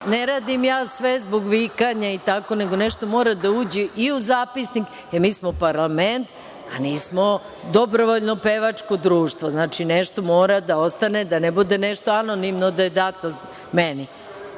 Ne radim ja sve zbog vikanja, nego nešto mora da uđe i u zapisnik, jer smo mi parlament a ne dobrovoljno pevačko društvo. Dakle nešto mora da ostane, da ne bude da je dato nešto